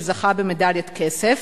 שזכה במדליית כסף,